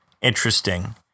interesting